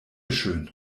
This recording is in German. schön